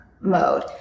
Mode